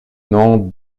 non